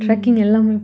mm